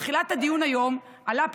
בתחילת הדיון היום עלה פרופ'